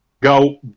go